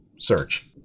search